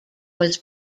was